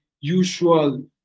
usual